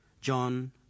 John